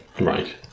Right